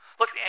Look